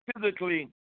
physically